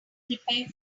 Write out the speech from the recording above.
prepare